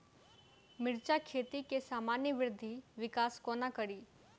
मिर्चा खेती केँ सामान्य वृद्धि विकास कोना करि?